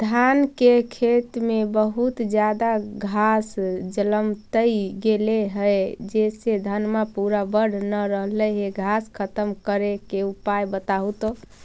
धान के खेत में बहुत ज्यादा घास जलमतइ गेले हे जेसे धनबा पुरा बढ़ न रहले हे घास खत्म करें के उपाय बताहु तो?